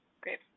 Great